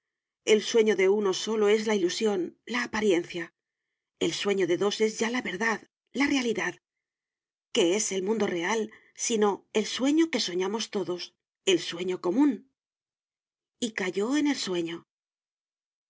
el sueño de uno solo es la ilusión la apariencia el sueño de dos es ya la verdad la realidad qué es el mundo real sino el sueño que soñamos todos el sueño común y cayó en el sueño